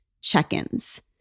check-ins